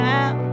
Now